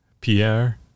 Pierre